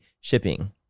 shipping